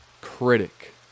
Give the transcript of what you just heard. Critic